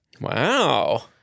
Wow